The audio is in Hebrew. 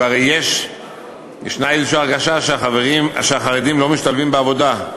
והרי יש איזו הרגשה שהחרדים לא משתלבים בעבודה,